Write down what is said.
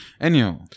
Anyhow